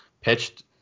pitched